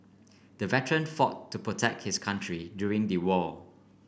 the veteran fought to protect his country during the war